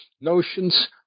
notions